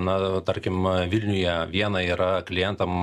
na tarkim vilniuje viena yra klientam